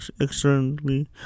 externally